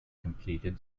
completed